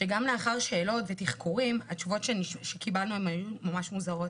שגם לאחר שאלות ותחקורים התשובות שקיבלנו היו ממש מוזרות.